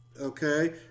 okay